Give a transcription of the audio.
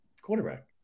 Quarterback